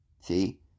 see